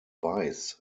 weiss